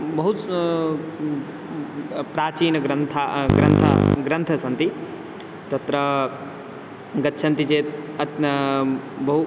बहवः स् प्राचीनाः ग्रन्थाः ग्रन्थाः ग्रन्थाः सन्ति तत्र गच्छन्ति चेत् अधुना बहु